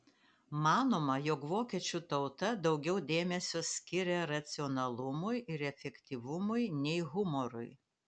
manoma jog vokiečių tauta daugiau dėmesio skiria racionalumui ir efektyvumui nei humorui